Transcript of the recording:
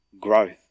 growth